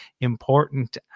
important